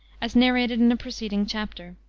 as narrated in a preceding chapter.